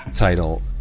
title